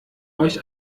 euch